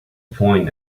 point